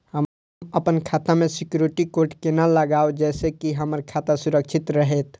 हम अपन खाता में सिक्युरिटी कोड केना लगाव जैसे के हमर खाता सुरक्षित रहैत?